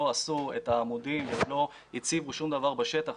עשו את העמודים ועוד לא הציבו שום דבר בשטח,